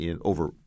over